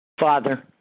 Father